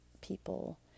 people